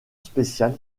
special